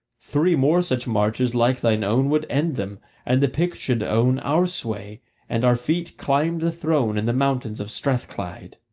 three more such marches like thine own would end them and the pict should own our sway and our feet climb the throne in the mountains of strathclyde.